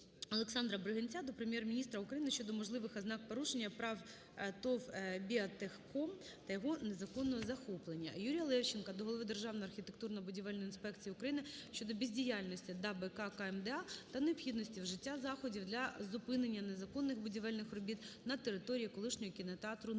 Олександра Бригинця до Прем'єр-міністра України щодо можливих ознак порушення прав ТОВ "BIOTEXCOM" та його незаконного захоплення. Юрія Левченка до голови Державної архітектурно-будівельної інспекції України щодо бездіяльності ДАБК КМДА та необхідності вжиття заходів для зупинення незаконних будівельних робіт на території колишнього кінотеатру "Нивки"